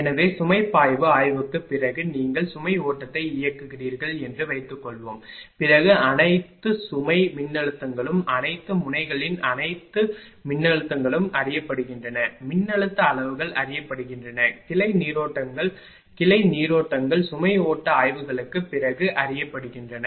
எனவே சுமை பாய்வு ஆய்வுக்குப் பிறகு நீங்கள் சுமை ஓட்டத்தை இயக்குகிறீர்கள் என்று வைத்துக்கொள்வோம் பிறகு அனைத்து சுமை மின்னழுத்தங்களும் அனைத்து முனைகளின் அனைத்து மின்னழுத்தங்களும் அறியப்படுகின்றன மின்னழுத்த அளவுகள் அறியப்படுகின்றன கிளை நீரோட்டங்களும் கிளை நீரோட்டங்கள் சுமை ஓட்ட ஆய்வுகளுக்குப் பிறகு அறியப்படுகின்றன